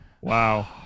Wow